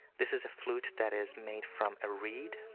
this is a flute that is made from a reed,